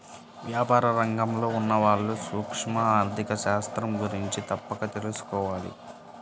వ్యాపార రంగంలో ఉన్నవాళ్ళు సూక్ష్మ ఆర్ధిక శాస్త్రం గురించి తప్పక తెలుసుకోవాలి